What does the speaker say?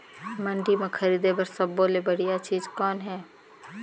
मंडी म खरीदे बर सब्बो ले बढ़िया चीज़ कौन हे?